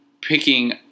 picking